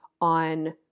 on